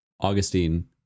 Augustine